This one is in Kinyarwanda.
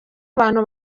abantu